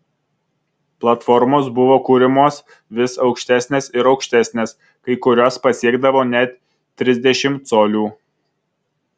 platformos buvo kuriamos vis aukštesnės ir aukštesnės kai kurios pasiekdavo net trisdešimt colių